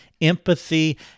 empathy